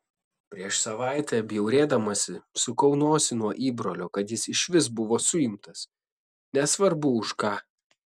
prieš savaitę bjaurėdamasi sukau nosį nuo įbrolio kad jis išvis buvo suimtas nesvarbu už ką